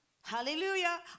Hallelujah